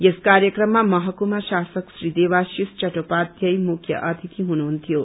यस कार्यक्रममा महकुमा शासक श्री देवाशीष चट्टोपाध्याय मुख्य अतिथि हुनुहुन्थ्यो